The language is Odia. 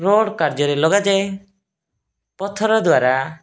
ରୋଡ଼ କାର୍ଯ୍ୟରେ ଲଗାଯାଏ ପଥର ଦ୍ୱାରା